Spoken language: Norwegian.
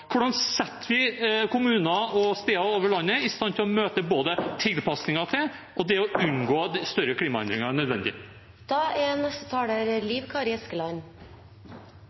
Hvordan setter vi kommuner og steder over hele landet i stand til å møte både tilpasninger til klimaendringene og det å unngå større klimaendringer enn nødvendig? Førre talar har heilt rett. Klimaet er